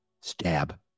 Stab